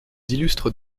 illustrent